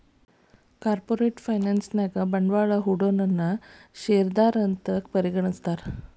corporate finance ನ್ಯಾಗ ಬಂಡ್ವಾಳಾ ಹೂಡೊನನ್ನ ಶೇರ್ದಾರಾ ಅಂತ್ ಪರಿಗಣಿಸ್ತಾರ